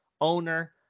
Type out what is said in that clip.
owner